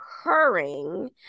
occurring